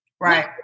Right